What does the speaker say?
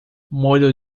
molho